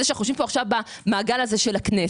זה שאנו יושבים כעת במעגל הזה של הכנסת,